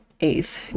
eighth